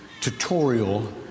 tutorial